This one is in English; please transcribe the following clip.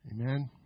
Amen